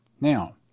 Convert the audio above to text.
Now